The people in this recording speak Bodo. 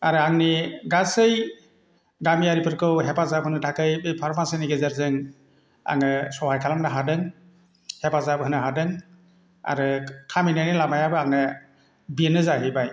आरो आंनि गासै गामियारिफोरखौ हेफाजाब होनो थाखाय बे फार्मासिनि गेजेरजों आङो सहाय खालामनो हादों हेफाजाब होनो हादों आरो खामिनायनि लामायाबो आंने बिनो जाहैबाय